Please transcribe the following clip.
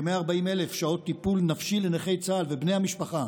כ-140,000 שעות טיפול נפשי לנכי צה"ל ובני המשפחה,